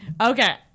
okay